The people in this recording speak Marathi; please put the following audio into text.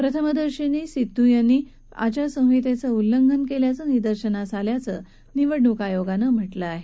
प्रथमदर्शनी सिध्दू यांनी आचारसंहितेचं उल्लंघन केल्याचं निदर्शनास आल्याचं निवडणूक आयोगानं म्हटलं आहे